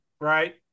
right